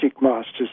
masters